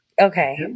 Okay